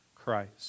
Christ